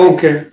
Okay